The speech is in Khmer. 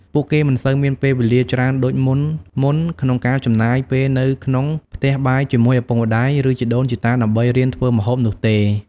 ពួកគេមិនសូវមានពេលវេលាច្រើនដូចមុនៗ ក្នុងការចំណាយពេលនៅក្នុងផ្ទះបាយជាមួយឪពុកម្តាយ ឬជីដូនជីតាដើម្បីរៀនធ្វើម្ហូបនោះទេ។